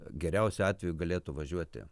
geriausiu atveju galėtų važiuoti